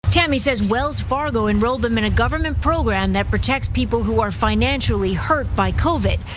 tammy says wells fargo enrolled them in a government program that protects people who are financially hurt by covid,